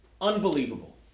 unbelievable